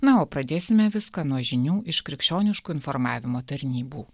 na o pradėsime viską nuo žinių iš krikščioniškų informavimo tarnybų